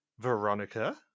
Veronica